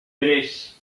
tres